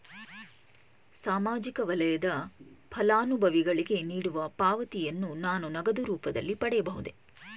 ಸಾಮಾಜಿಕ ವಲಯದ ಫಲಾನುಭವಿಗಳಿಗೆ ನೀಡುವ ಪಾವತಿಯನ್ನು ನಾನು ನಗದು ರೂಪದಲ್ಲಿ ಪಡೆಯಬಹುದೇ?